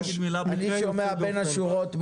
אני שומע בין השורות,